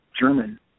German